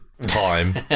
time